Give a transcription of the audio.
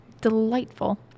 delightful